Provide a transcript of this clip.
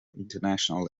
international